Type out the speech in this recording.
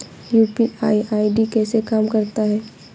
UPI ID कैसे काम करता है?